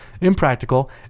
impractical